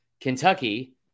Kentucky